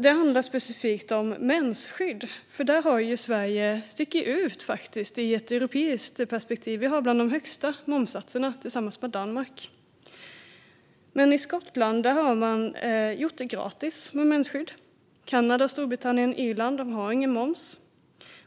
Den handlar specifikt om mensskydd. Sverige sticker faktiskt ut i ett europeiskt perspektiv. Sverige och Danmark har bland de högsta momssatserna. I Skottland har man gjort mensskydd gratis. Kanada, Storbritannien och Irland har ingen moms,